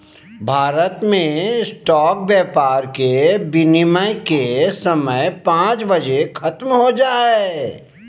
भारत मे स्टॉक व्यापार के विनियम के समय पांच बजे ख़त्म हो जा हय